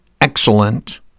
excellent